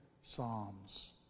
Psalms